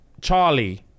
Charlie